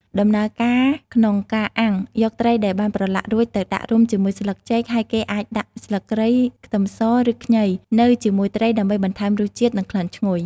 ដំណើរការក្នុងការអាំង យកត្រីដែលបានប្រឡាក់រួចទៅដាក់រុំជាមួយស្លឹកចេក ហើយគេអាចដាក់ស្លឹកគ្រៃ ខ្ទឹមស ឬខ្ញីនៅជាមួយត្រីដើម្បីបន្ថែមរសជាតិ និងក្លិនឈ្ងុយ។